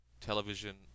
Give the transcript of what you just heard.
television